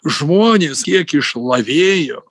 žmonės kiek išlavėjo